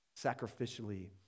Sacrificially